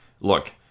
look